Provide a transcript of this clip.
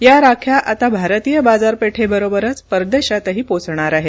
या राख्या आता भारतीय बाजारपेठेबरोबरच परदेशातही पोहोचणार आहेत